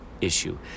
issue